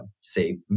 say